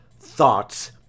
thoughts